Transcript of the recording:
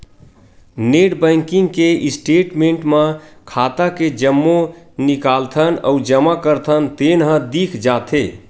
net banking के statement म खाता के जम्मो निकालथन अउ जमा करथन तेन ह दिख जाथे